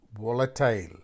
volatile